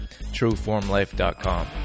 Trueformlife.com